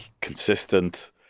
consistent